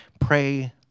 pray